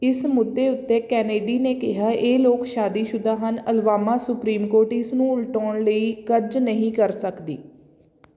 ਇਸ ਮੁੱਦੇ ਉੱਤੇ ਕੈਨੇਡੀ ਨੇ ਕਿਹਾ ਇਹ ਲੋਕ ਸ਼ਾਦੀਸ਼ੁਦਾ ਹਨ ਅਲਬਾਮਾ ਸੁਪਰੀਮ ਕੋਰਟ ਇਸ ਨੂੰ ਉਲਟਾਉਣ ਲਈ ਕੁਝ ਨਹੀਂ ਕਰ ਸਕਦੀ